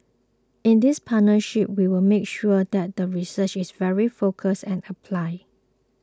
in this partnership we will make sure that the research is very focused and applied